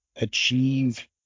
achieve